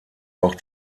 auch